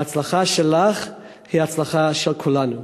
ההצלחה שלך היא הצלחה של כולנו.